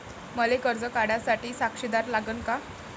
मले कर्ज काढा साठी साक्षीदार लागन का?